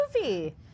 movie